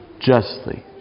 justly